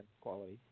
quality